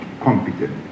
competent